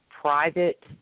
private